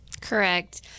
correct